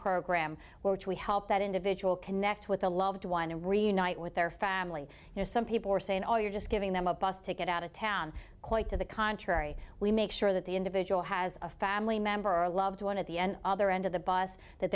program which we help that individual connect with a loved one to reunite with their family you know some people are saying oh you're just giving them a bus ticket out of town quite to the contrary we make sure that the individual has a family member or a loved one at the end other end of the bus that